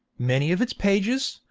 many of its pages,